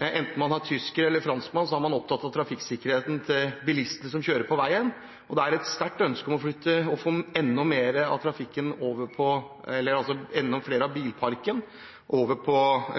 enten man er tysker eller franskmann er man opptatt av trafikksikkerheten til bilistene som kjører på veien, og det er et sterkt ønske om å få enda mer av bilparken over på